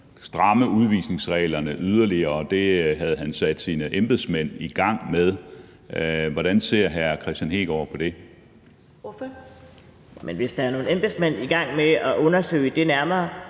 stramme udvisningsreglerne yderligere, og at det havde han sat sine embedsmænd i gang med. Hvordan ser hr. Kristian Hegaard på det? Kl. 10:31 Første næstformand (Karen Ellemann): Ordføreren.